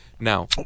Now